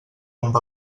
amb